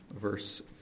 verse